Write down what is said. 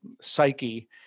psyche